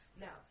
now